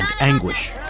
anguish